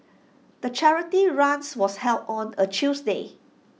the charity runs was held on A Tuesday